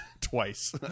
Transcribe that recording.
twice